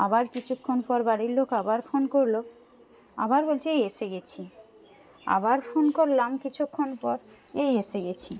আবার কিছুক্ষণ পর বাড়ির লোক আবার ফোন করলো আবার বলছে এসে গেছি আবার ফোন করলাম কিছুক্ষণ পর এই এসে গেছি